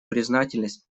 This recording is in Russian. признательность